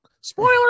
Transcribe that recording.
spoiler